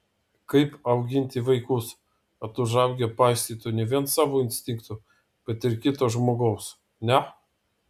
kaip auginti vaikus kad užaugę paisytų ne vien savo instinktų bet ir kito žmogaus ne